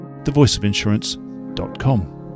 thevoiceofinsurance.com